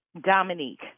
Dominique